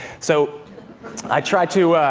so i try to